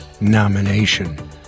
nomination